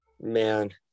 Man